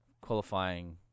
qualifying